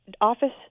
office